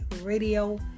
Radio